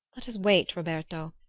let us wait, roberto.